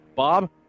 Bob